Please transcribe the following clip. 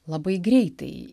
labai greitai